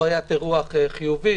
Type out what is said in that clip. חוויית אירוח חיובית,